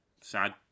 sad